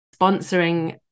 sponsoring